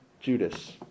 Judas